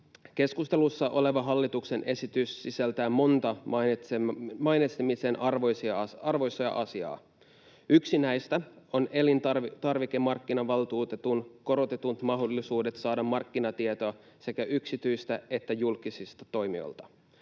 Keskustelussa oleva hallituksen esitys sisältää monta mainitsemisen arvoista asiaa. Yksi näistä on elintarvikemarkkinavaltuutetun korotetut mahdollisuudet saada markkinatietoa sekä yksityisiltä että julkisilta toimijoilta,